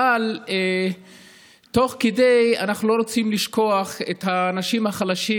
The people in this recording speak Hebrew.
אבל תוך כדי אנחנו לא רוצים לשכוח את האנשים החלשים,